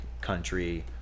Country